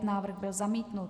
Návrh byl zamítnut.